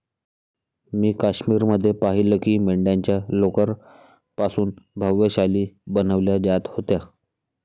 मी काश्मीर मध्ये पाहिलं की मेंढ्यांच्या लोकर पासून भव्य शाली बनवल्या जात होत्या